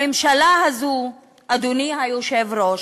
לממשלה הזו, אדוני היושב-ראש,